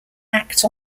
act